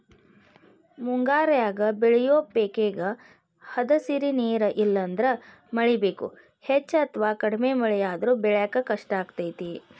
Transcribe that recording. ಮುಂಗಾರ್ಯಾಗ ಬೆಳಿಯೋ ಪೇಕೇಗೆ ಹದಸಿರಿ ನೇರ ಇಲ್ಲಂದ್ರ ಮಳಿ ಬೇಕು, ಹೆಚ್ಚ ಅಥವಾ ಕಡಿಮೆ ಮಳೆಯಾದ್ರೂ ಬೆಳ್ಯಾಕ ಕಷ್ಟಾಗ್ತೇತಿ